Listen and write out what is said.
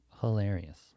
hilarious